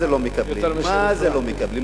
יותר מאשר, מקבלים, מה זה לא מקבלים?